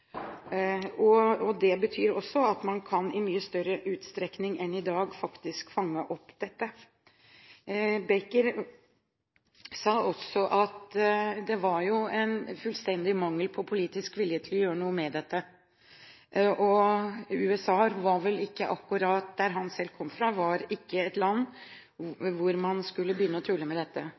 Det betyr også at man i mye større utstrekning enn i dag faktisk kan fange opp dette. Baker sa også at det var en fullstendig mangel på politisk vilje til å gjøre noe med dette. USA, der han selv kommer fra, var vel ikke akkurat et land hvor man skulle begynne å tulle med dette,